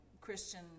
Christian